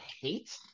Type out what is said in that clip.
hate